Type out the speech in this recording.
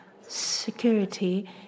security